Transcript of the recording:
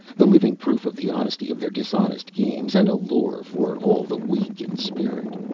the living proof of the honesty of their dishonest games, and a lure for all the weak in spirit.